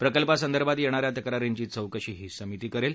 प्रक्लपांसंदर्भात येणाऱ्या तक्रारींची चौकशी ही समिती करेल